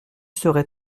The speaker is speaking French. serais